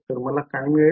तर मला काय मिळेल